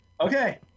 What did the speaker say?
Okay